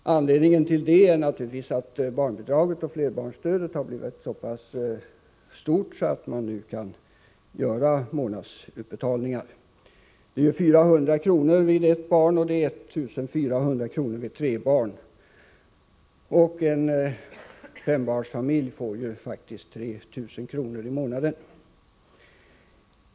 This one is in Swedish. Anledningen till detta är naturligtvis att barnbidraget och flerbarnsstödet har blivit så stort att man nu kan göra månadsutbetalningar. Det är 400 kr. för ett barn och 1400 kr. för tre barn. En fembarnsfamilj får 3 000 kr. i månaden.